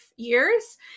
Years